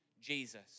Jesus